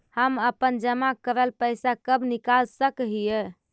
हम अपन जमा करल पैसा कब निकाल सक हिय?